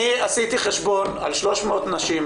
אני עשיתי חשבון על 300 נשים.